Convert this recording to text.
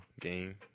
game